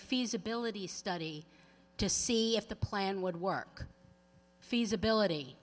feasibility study to see if the plan would work feasibility